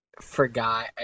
forgot